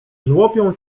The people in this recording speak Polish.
żłopią